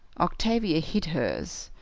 octavia hid hers,